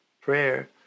Prayer